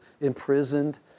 imprisoned